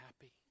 happy